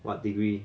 what degree